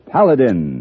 Paladin